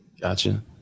Gotcha